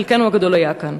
חלקנו הגדול היה כאן.